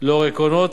לאור עקרונות,